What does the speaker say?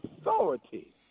authority